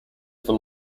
for